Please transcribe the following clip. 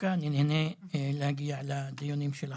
אני נהנה להגיע לדיונים שלך.